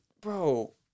bro